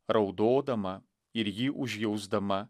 raudodama ir jį užjausdama